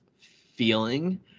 feeling